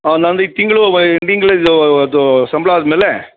ಹಾಂ ನಂದು ಈ ತಿಂಗಳು ಎಂಡಿಂಗ್ಲಿ ದು ಅದು ಸಂಬಳ ಆದಮೇಲೆ